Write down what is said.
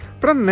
para